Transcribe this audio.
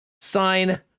sign